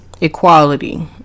equality